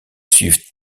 suivent